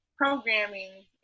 Programming